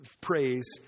praise